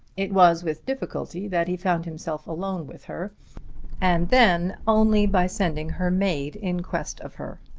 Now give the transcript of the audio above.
it was with difficulty that he found himself alone with her and then only by sending her maid in quest of her.